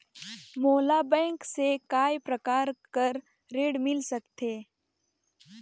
मोला बैंक से काय प्रकार कर ऋण मिल सकथे?